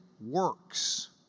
works